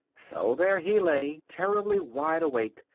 so there he lay, terribly wide-awake,